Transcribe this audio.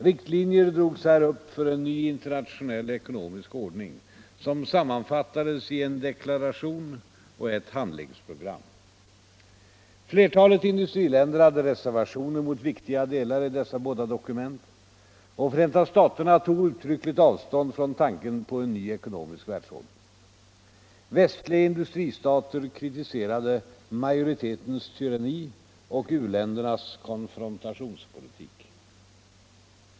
Riktlinjer drogs här upp för en ”Ny internationell ekonomisk ordning”, som sammanfattades i en Deklaration och ett Handlingsprogram. Flertalet industriländer hade reservationer mot viktiga delar i dessa båda dokument, och Förenta staterna tog uttryckligt avstånd från tanken på en ny ekonomisk världsordning. Västliga industristater kritiserade ”majoritetens tyranni” och ”u-ländernas konfrontationspolitik”.